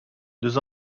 deux